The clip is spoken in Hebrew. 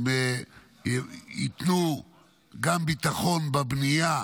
הן ייתנו גם ביטחון בבנייה,